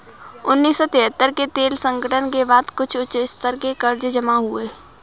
उन्नीस सौ तिहत्तर के तेल संकट के बाद कुछ उच्च स्तर के कर्ज जमा हुए